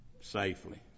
safely